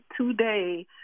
today